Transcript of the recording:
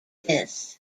this